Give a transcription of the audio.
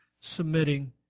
submitting